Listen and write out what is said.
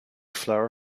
flower